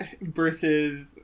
Versus